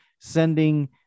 Sending